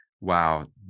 wow